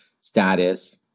status